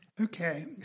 Okay